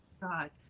God